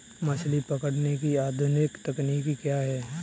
मछली पकड़ने की अत्याधुनिक तकनीकी क्या है?